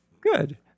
good